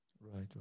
Right